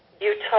Utah